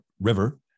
river